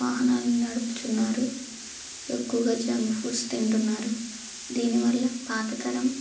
వాహనాలు నడుపుతున్నారు ఎక్కువగా జంక్ ఫుడ్స్ తింటున్నారు దీనివల్ల పాతతరం